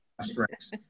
strengths